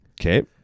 Okay